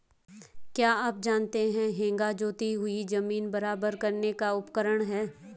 क्या आप जानते है हेंगा जोती हुई ज़मीन बराबर करने का उपकरण है?